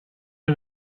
are